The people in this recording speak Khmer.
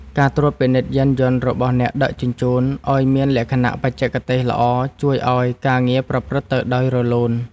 ការត្រួតពិនិត្យយានយន្តរបស់អ្នកដឹកជញ្ជូនឱ្យមានលក្ខណៈបច្ចេកទេសល្អជួយឱ្យការងារប្រព្រឹត្តទៅដោយរលូន។